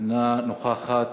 אינה נוכחת.